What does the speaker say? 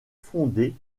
fondé